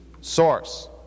source